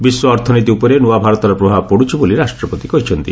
ବିଶ୍ୱ ଅର୍ଥନୀତି ଉପରେ ନୂଆ ଭାରତର ପ୍ରଭାବ ପଡ଼ୁଛି ବୋଲି ରାଷ୍ଟ୍ରପତି କହିଛନ୍ତି